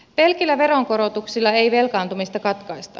pelkillä veronkorotuksilla ei velkaantumista katkaista